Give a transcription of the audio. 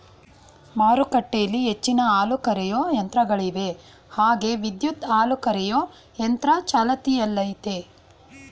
ಮಾರುಕಟ್ಟೆಲಿ ಹೆಚ್ಚಿನ ಹಾಲುಕರೆಯೋ ಯಂತ್ರಗಳಿವೆ ಹಾಗೆ ವಿದ್ಯುತ್ ಹಾಲುಕರೆಯೊ ಯಂತ್ರ ಚಾಲ್ತಿಯಲ್ಲಯ್ತೆ